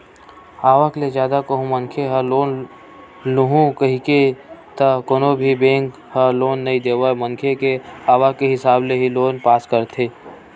आवक ले जादा कहूं मनखे ह लोन लुहूं कइही त कोनो भी बेंक ह लोन नइ देवय मनखे के आवक के हिसाब ले ही लोन पास होथे